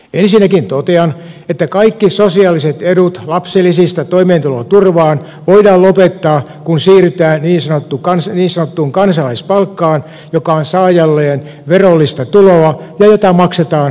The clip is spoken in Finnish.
ensinnäkin totean että kaikki sosiaaliset edut lapsilisistä toimeentuloturvaan voidaan lopettaa kun siirrytään niin sanottuun kansalaispalkkaan joka on saajalleen verollista tuloa ja jota maksetaan kehdosta hautaan